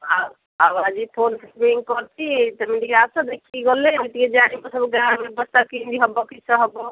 ହଁ ଆଉ ଆଜି ଫୋନ୍ ରିଙ୍ଗ୍ କରିଛି ତୁମେ ଟିକିଏ ଆସ ଦେଖିକି ଗଲେ ଟିକିଏ ଜାଣିବ ସବୁ ଗାଁ ଅବସ୍ଥା କେମିତି ହବ କିସ ହବ